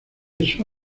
eso